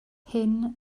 hyn